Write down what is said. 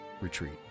retreat